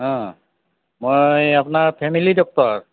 অহ মই আপোনাৰ family doctor